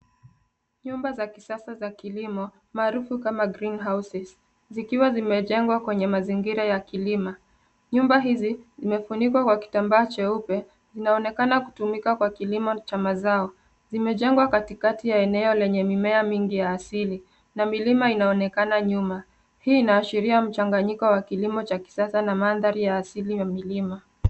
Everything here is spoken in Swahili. Nyumba za kisasa za kilimo, maarufu kama greenhouses zikiwa zimejengwa kwenye mazingira ya kilima. Nyumba hizi, zimefunikwa kwa kitambaa cheupe zinaonekana kutumika kwa kilimo cha mazao. Zimejengwa katikati ya eneo lenye mimea mingi ya asili na milima inaonekana nyuma. Hii inaashiria mchanganyiko wa kilimo cha kisasa na mandhari ya asili ya milima.